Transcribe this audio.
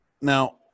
now